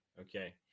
okay